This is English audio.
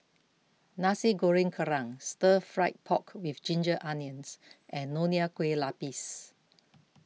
Nasi Goreng Kerang Stir Fried Pork with Ginger Onions and Nonya Kueh Lapis